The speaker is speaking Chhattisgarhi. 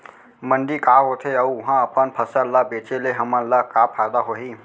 मंडी का होथे अऊ उहा अपन फसल ला बेचे ले हमन ला का फायदा होही?